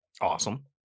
awesome